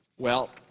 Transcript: well,